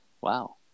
Wow